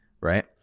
Right